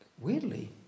weirdly